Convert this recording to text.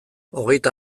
hogeita